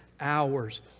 Hours